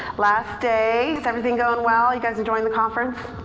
last day, is everything going well? you guys enjoying the conference?